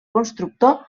constructor